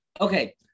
Okay